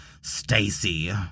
Stacy